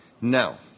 Now